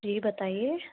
जी बताइए